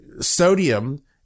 sodium